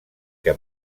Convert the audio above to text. que